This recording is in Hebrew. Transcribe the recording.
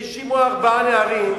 האשימו ארבעה נערים